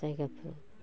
जायगाफोराव